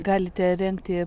galite rengti